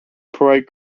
parade